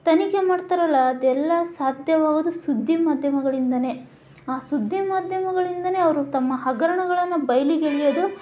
ತನಿಖೆ ಮಾಡ್ತಾರಲ್ಲ ಅದೆಲ್ಲ ಸಾಧ್ಯವಾಗೋದು ಸುದ್ದಿ ಮಾಧ್ಯಮಗಳಿಂದಲೇ ಆ ಸುದ್ದಿ ಮಾಧ್ಯಮಗಳಿಂದಲೇ ಅವರು ತಮ್ಮ ಹಗರಣಗಳನ್ನು ಬಯಲಿಗೆಳೆಯೋದು